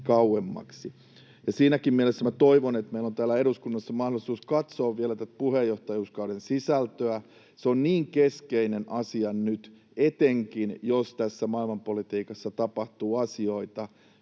Siinäkin mielessä toivon, että meillä on täällä eduskunnassa mahdollisuus katsoa vielä tätä puheenjohtajuuskauden sisältöä. Se on niin keskeinen asia nyt, etenkin jos maailmanpolitiikassa tapahtuu asioita,